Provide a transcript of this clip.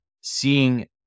seeing